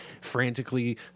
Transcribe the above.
frantically